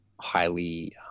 highly